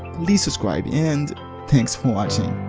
please subscribe and thanks for watching!